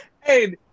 Hey